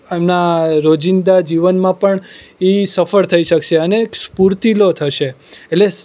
એમના રોજિંદા જીવનમાં પણ એ સફળ થઈ શકશે અને સ્ફૂર્તિલો થશે એટલે